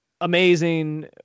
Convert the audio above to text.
amazing